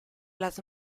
las